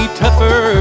tougher